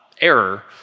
error